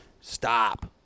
Stop